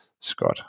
Scott